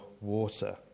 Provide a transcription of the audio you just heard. water